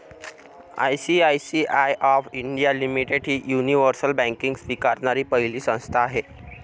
ICICI of India limited ही universal banking स्वीकारणारी पहिली संस्था आहे